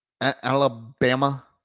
Alabama